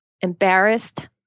embarrassed